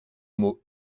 mot